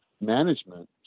management